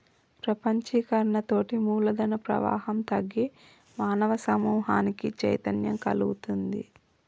ప్రపంచీకరణతోటి మూలధన ప్రవాహం తగ్గి మానవ సమూహానికి చైతన్యం గల్గుతుంది